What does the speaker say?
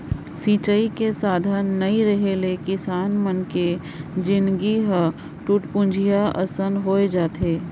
सिंचई के साधन नइ रेहे ले किसान मन के जिनगी ह टूटपुंजिहा असन होए जाथे